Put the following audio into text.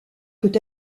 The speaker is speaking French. peut